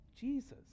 Jesus